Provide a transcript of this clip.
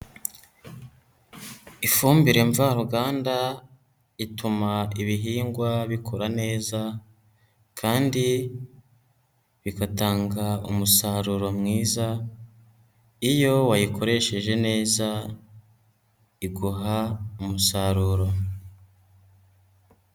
Ifumbire mvaruganda ituma ibihingwa bikura neza kandi bigatanga umusaruro mwiza, iyo wayikoresheje neza iguha umusaruro.